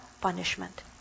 Punishment